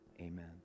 Amen